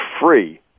free